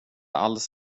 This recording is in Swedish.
alls